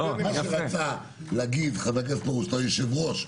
מה שרצה להגיד חבר הכנסת פרוש ליושב-ראש,